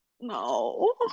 No